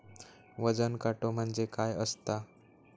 वजन काटो म्हणजे काय असता?